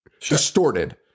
distorted